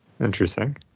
Interesting